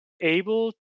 able